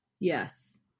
Yes